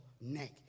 neck